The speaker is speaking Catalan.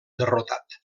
derrotat